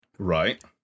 Right